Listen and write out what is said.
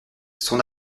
son